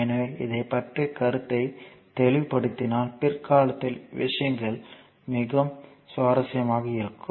எனவே இதைப் பற்றிய கருத்தை தெளிவுபடுத்தினால் பிற்காலத்தில் விஷயங்கள் மிகவும் சுவாரஸ்யமானதாக இருக்கும்